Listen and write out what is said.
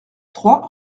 trois